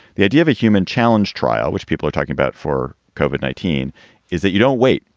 the idea of a human challenge trial, which people are talking about for covered nineteen is that you don't wait.